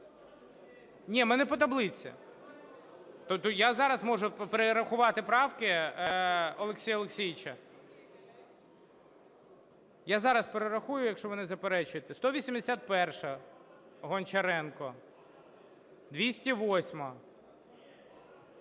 Ні, ми не по таблиці. Я зараз можу перерахувати правки Олексія Олексійовича. Я зараз перерахую, якщо ви не заперечуєте: 181-а, Гончаренко, 208-а…